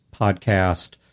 podcast